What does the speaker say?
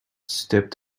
stepped